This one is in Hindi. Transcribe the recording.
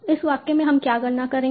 इस मामले में हम क्या गणना करेंगे